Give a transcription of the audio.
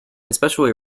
especially